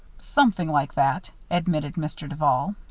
something like that, admitted mr. duval.